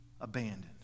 abandoned